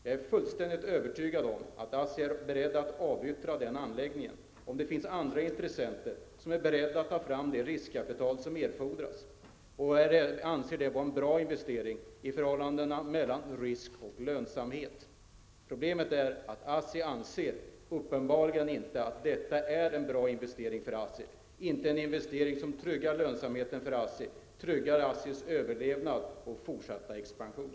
Jag är fullständigt övertygad om att ASSI är berett att avyttra den anläggningen om det finns andra intressenter som är beredda att ta fram det riskkapital som erfordras och anser det vara en bra investering i fråga om förhållandet mellan risk och lönsamhet. Problemet är att ASSI uppenbarligen inte anser att detta är en bra investering för ASSI. Det är inte en investering som tryggar lönsamheten, ASSIs överlevnad och fortsatta expansion.